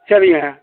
சரிங்க